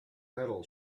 metal